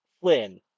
Flynn